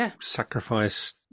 sacrifice